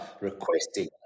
requesting